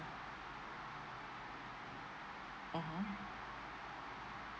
mmhmm